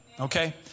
okay